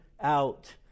out